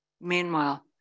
Meanwhile